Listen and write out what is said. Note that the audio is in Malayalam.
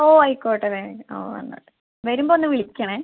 ഓ ആയിക്കോട്ടെ വേ ഓ വന്നോട്ടെ വരുമ്പൊന്ന് വിളിയ്ക്കണേ